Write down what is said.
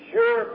Sure